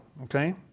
Okay